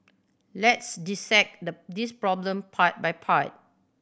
let's dissect the this problem part by part